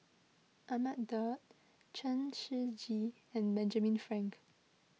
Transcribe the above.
Ahmad Daud Chen Shiji and Benjamin Frank